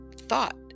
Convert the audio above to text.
thought